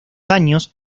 años